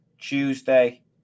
Tuesday